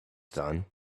done